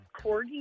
corgi